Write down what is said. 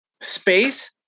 space